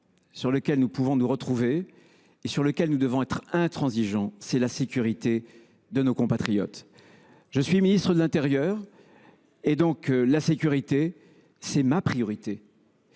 sur lequel nous pouvons nous retrouver et sur lequel nous devons être intransigeants, c’est la sécurité de nos compatriotes. Je suis ministre de l’intérieur et la sécurité est ma priorité.